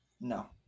No